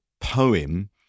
poem